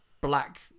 black